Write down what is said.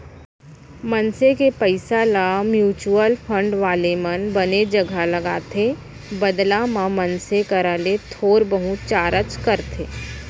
मनसे के पइसा ल म्युचुअल फंड वाले मन बने जघा लगाथे बदला म मनसे करा ले थोर बहुत चारज करथे